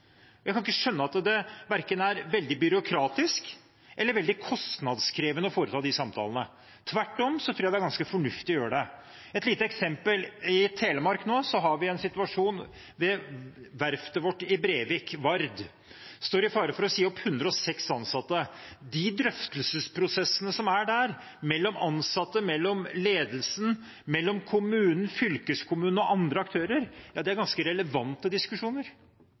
Jeg kan ikke skjønne at det er verken veldig byråkratisk eller veldig kostnadskrevende å foreta de samtalene. Tvert om tror jeg det er ganske fornuftig å gjøre det. Et lite eksempel: I Telemark er det nå en situasjon ved verftet i Brevik, Vard, som står i fare for å si opp 106 ansatte. De drøftelsesprosessene som er der, mellom ansatte, mellom ledelsen, mellom kommunen, fylkeskommunen og andre aktører, er ganske relevante diskusjoner. Jeg mener det er helt nødvendige diskusjoner